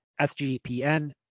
SGPN